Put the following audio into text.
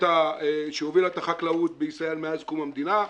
שהובילה את החקלאות בישראל מאז קום המדינה.